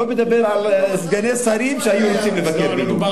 אני לא מדבר על סגני שרים שהיו רוצים לבקר בלוב,